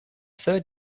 third